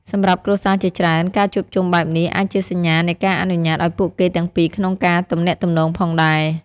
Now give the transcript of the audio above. សម្រាប់គ្រួសារជាច្រើន ការជួបជុំបែបនេះអាចជាសញ្ញានៃការអនុញ្ញាតឲ្យពូកគេទាំងពីរក្នុងកាទំនាក់ទំនងផងដែរ។